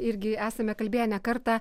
irgi esame kalbėję ne kartą